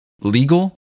legal